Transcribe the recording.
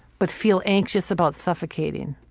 but feel anxious about suffocating.